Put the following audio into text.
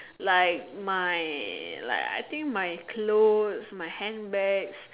like my like I think my clothes my handbags